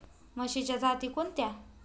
म्हशीच्या जाती कोणत्या?